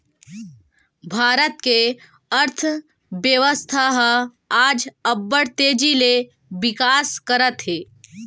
भारत के अर्थबेवस्था ह आज अब्बड़ तेजी ले बिकास करत हे